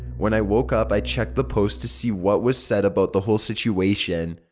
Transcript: when i woke up i checked the post to see what was said about the whole situation.